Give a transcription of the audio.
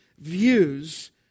views